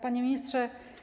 Panie Ministrze!